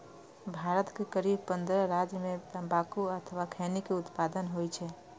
भारत के करीब पंद्रह राज्य मे तंबाकू अथवा खैनी के उत्पादन होइ छै